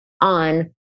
on